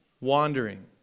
wandering